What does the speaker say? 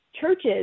churches